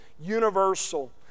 universal